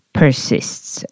persists